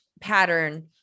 pattern